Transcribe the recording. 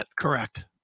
correct